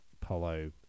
polo